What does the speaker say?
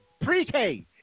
pre-K